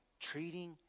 treating